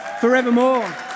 forevermore